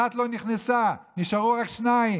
אחת לא נכנסה, נשארו רק שניים.